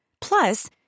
Plus